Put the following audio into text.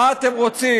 מה אתם רוצים?